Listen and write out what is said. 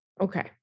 Okay